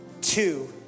two